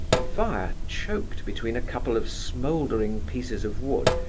the fire, choked between a couple of smouldering pieces of wood,